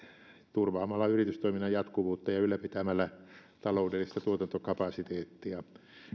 turvaamalla yritystoiminnan jatkuvuutta ja ylläpitämällä taloudellista tuotantokapasiteettia